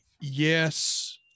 yes